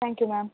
thank you ma'am